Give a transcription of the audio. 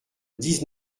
dix